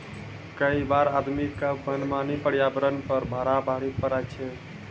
कई बार आदमी के मनमानी पर्यावरण पर बड़ा भारी पड़ी जाय छै